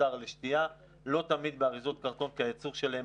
מפוסטר לשתייה לא תמיד באריזות קרטון כי הייצור שלהן